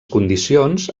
condicions